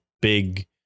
big